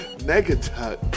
Negative